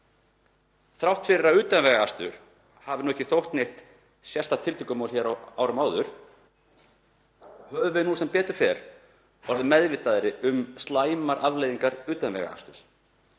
Þrátt fyrir að utanvegaakstur hafi ekki þótt neitt sérstakt tiltökumál hér á árum áður höfum við sem betur fer orðið meðvitaðri um slæmar afleiðingar utanvegaaksturs.